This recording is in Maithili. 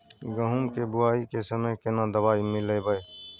गहूम के बुनाई के समय केना दवाई मिलैबे?